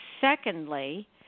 secondly